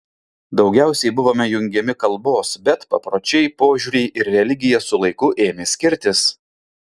daugiausiai buvome jungiami kalbos bet papročiai požiūriai ir religija su laiku ėmė skirtis